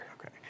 Okay